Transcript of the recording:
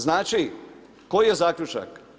Znači, koji je zaključak?